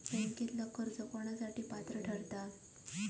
बँकेतला कर्ज कोणासाठी पात्र ठरता?